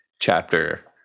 chapter